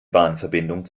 bahnverbindung